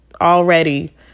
already